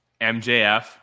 MJF